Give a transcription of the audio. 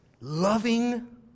loving